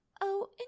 Oh